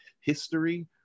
history